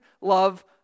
love